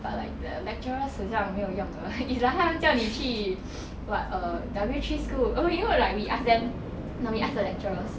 but like the lecturers 没有用的 it's like 他们叫你去 what um W three school or you know like we ask them no we ask the lecturers